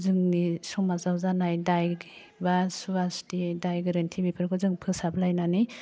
जोंनि समाजाव जानाय दाय बा सुवा सुथि दाय गोरोन्थि बेफोरखौ जों फोसाबलायनानै